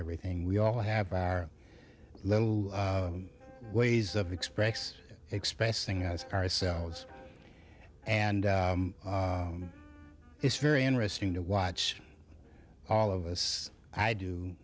everything we all have our little ways of express expressing as ourselves and it's very interesting to watch all of us i do